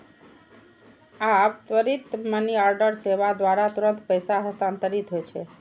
आब त्वरित मनीऑर्डर सेवा द्वारा तुरंत पैसा हस्तांतरित होइ छै